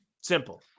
simple